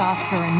Oscar